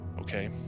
Okay